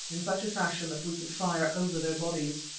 in such a fashion that we could fire over their bodies.